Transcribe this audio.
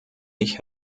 nicht